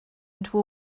into